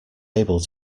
able